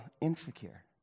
insecure